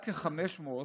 רק כ-500,